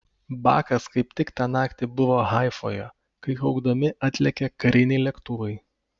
bakas kaip tik tą naktį buvo haifoje kai kaukdami atlėkė kariniai lėktuvai